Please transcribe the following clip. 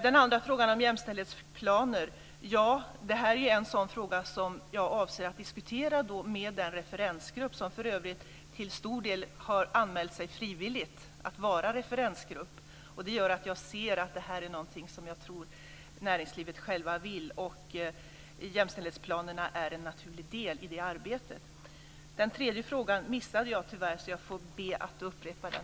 Den andra frågan om jämställdhetsplaner är en sådan fråga som jag avser att diskutera med referensgruppen, som för övrigt till stor del frivilligt har anmält sig att vara referensgrupp. Det gör att jag tror att detta är någonting som man själv vill i näringslivet, och jämställdhetsplanerna är en naturlig del i det arbetet. Den tredje frågan missade jag tyvärr, så jag få be Maria Larsson att upprepa den.